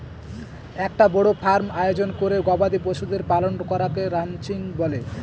একটা বড় ফার্ম আয়োজন করে গবাদি পশুদের পালন করাকে রানচিং বলে